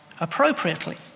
appropriately